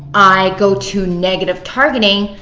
i go to negative targeting,